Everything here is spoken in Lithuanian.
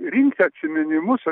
rinkti atsiminimus